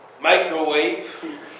microwave